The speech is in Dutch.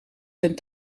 zijn